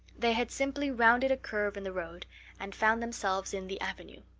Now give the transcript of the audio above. they had simply rounded a curve in the road and found themselves in the avenue.